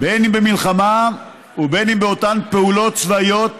בין אם במלחמה ובין אם באותן פעולות צבאיות